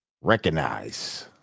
recognize